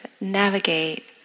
navigate